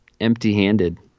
empty-handed